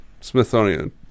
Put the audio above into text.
Smithsonian